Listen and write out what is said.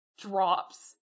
drops